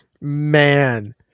Man